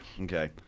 Okay